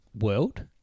world